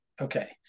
okay